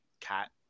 cat